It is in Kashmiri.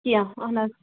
کیٚنٛہہ اہَن حظ